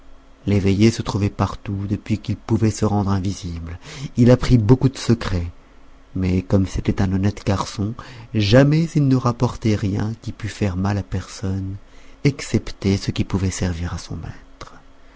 l'eveillé se trouvait partout depuis qu'il pouvait se rendre invisible il apprit beaucoup de secrets mais comme c'était un honnête garçon jamais il ne rapportait rien qui pût faire mal à personne excepté ce qui pouvait servir à son maître